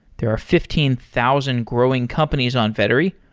there are fifteen thousand growing companies on vettery,